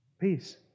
peace